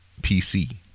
PC